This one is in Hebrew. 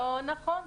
לא נכון.